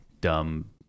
dumb